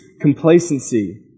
complacency